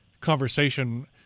conversation